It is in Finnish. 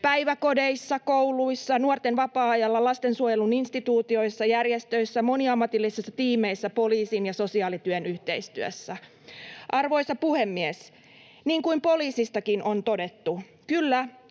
päiväkodeissa, kouluissa, nuorten vapaa-ajalla, lastensuojelun instituutioissa, järjestöissä, moniammatillisissa tiimeissä poliisin ja sosiaalityön yhteistyössä. Arvoisa puhemies! Niin kuin poliisistakin on todettu, kyllä,